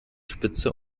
spitze